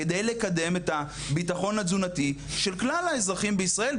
כדי לקדם את הביטחון התזונתי של כלל האזרחים בישראל,